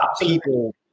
people